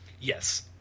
Yes